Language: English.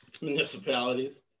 municipalities